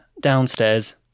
downstairs